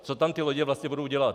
Co tam ty lodě vlastně budou dělat?